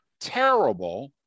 terrible